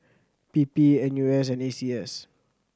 P P N U S and A C S